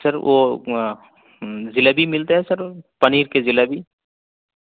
سر وہ جلیبی ملتے ہے سر پنیر کے جلیبی